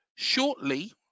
shortly